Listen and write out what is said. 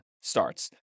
starts